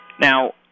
Now